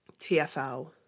TFL